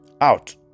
out